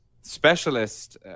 specialist